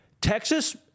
Texas